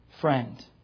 friend